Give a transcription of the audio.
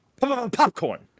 Popcorn